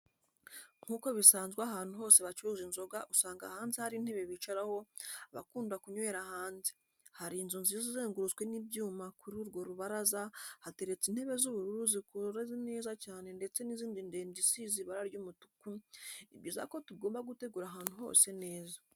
Nk'uko bisanzwe ahantu hose bacuruza inzoga usanga hanze hari intebe bicaraho abakunda kunywera hanze, hari inzu nziza izengurutswe n'ibyuma kuri urwo rubaraza hateretse intebe z'ubururu zikoze neza cyane ndetse n'indi ndende isize ibara ry'umutuku, ni byiza ko tugomba gutegura ahantu hose neza.